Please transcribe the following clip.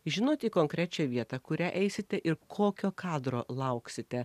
žinot į konkrečią vietą kurią eisite ir kokio kadro lauksite